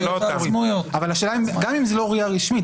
גם אם זה לא RIA רשמית,